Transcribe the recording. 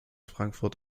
frankfurt